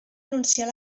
anunciar